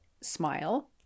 smile